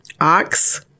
ox